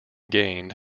gained